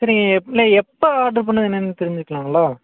சரி இல்லை எப்போ ஆர்டர் பண்ணிணது என்னென்னு தெரிஞ்சுக்கலாங்களா